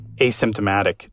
asymptomatic